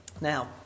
Now